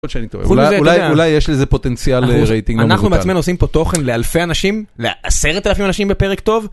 יכול להיות שאני טועה חוץ מזה אתה יודע אולי אולי אולי יש לזה פוטנציאל רייטינג אנחנו אנחנו בעצמינו עושים פה תוכן לאלפי אנשים לעשרת אלפים אנשים בפרק טוב.